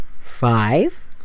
five